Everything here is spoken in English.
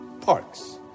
Parks